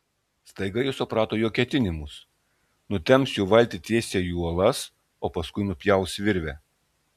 staiga ji suprato jo ketinimus nutemps jų valtį tiesiai į uolas o paskui nupjaus virvę